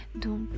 Donc